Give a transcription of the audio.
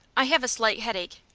i have a slight headache.